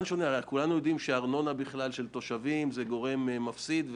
כולנו יודעים שהארנונה של התושבים היא גורם מפסיד.